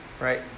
right